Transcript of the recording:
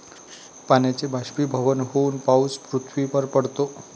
पाण्याचे बाष्पीभवन होऊन पाऊस पृथ्वीवर पडतो